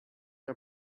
are